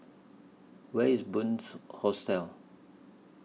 Where IS Bunce Hostel